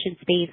space